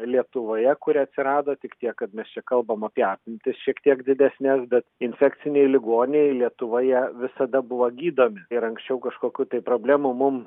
lietuvoje kuri atsirado tik tiek kad mes čia kalbam apie apimtis šiek tiek didesnes bet infekciniai ligoniai lietuvoje visada buvo gydomi ir anksčiau kažkokių tai problemų mum